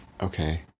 Okay